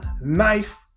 knife